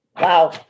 Wow